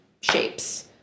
shapes